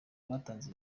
batanze